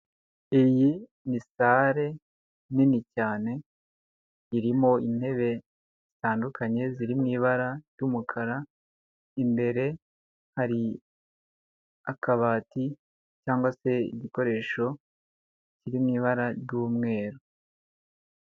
Iyi ni sale nini cyane irimo intebe zitandukanye ziri mu ibara ry'umukara, imbere hari akabati cyangwa se igikoresho kiri mu ibara ry'umweru.